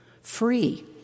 Free